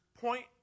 point